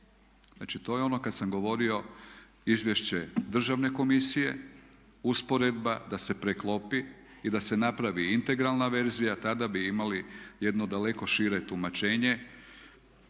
Znači to je ono kada sam govorio izvješće državne komisije, usporedba da se preklopi i da se napravi integralna verzija, tada bi imali jedno daleko šire tumačenje